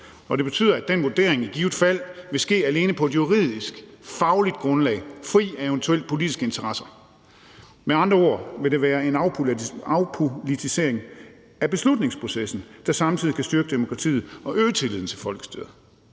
det betyder, at den vurdering i givet fald vil ske alene på et juridisk fagligt grundlag fri af eventuelt politiske interesser. Med andre ord vil det være en afpolitisering af beslutningsprocessen, der samtidig kan styrke demokratiet og øge tilliden til folkestyret.